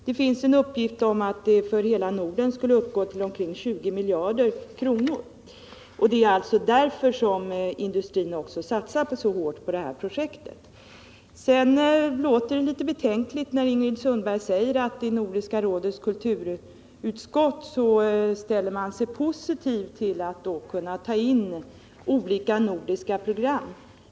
Det finns en uppgift om att de för hela Norden skulle uppgå till långt över 20 miljarder kronor. Det är alltså därför som industrin satsar så hårt på det här projektet. Sedan låter det litet betänkligt när Ingrid Sundberg säger att i Nordiska rådets kulturutskott ställer man sig positiv till att kunna ta in olika nordiska program.